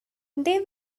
they